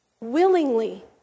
willingly